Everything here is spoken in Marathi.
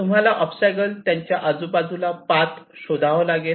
तुम्हाला ओबस्टॅकल्स त्याच्या आजूबाजूला पाथ शोधावा लागेल